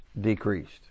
decreased